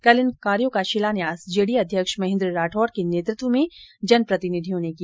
कल इन कार्यो को शिलान्यास जेडीए अध्यक्ष महेन्द्र राठौड़ के नेतृत्व में जनप्रतिनिधियों ने किया